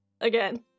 again